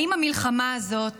האם המלחמה הזאת